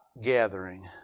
gathering